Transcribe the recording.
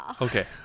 Okay